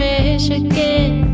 Michigan